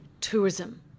tourism